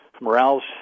Morale's